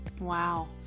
Wow